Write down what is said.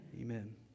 amen